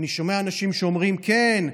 אני שומע אנשים שאומרים: כן,